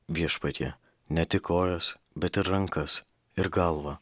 viešpatie ne tik kojas bet ir rankas ir galvą